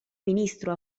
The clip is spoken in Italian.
ministro